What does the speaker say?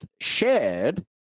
shared